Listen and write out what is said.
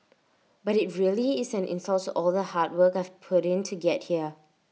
but IT really is an insult all the hard work I've put in to get here